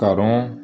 ਘਰੋਂ